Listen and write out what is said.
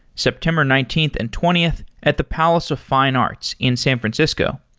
september nineteenth and twentieth at the palace of fine arts in san francisco.